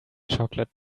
chocolate